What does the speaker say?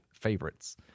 favorites